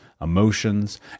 emotions